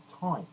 time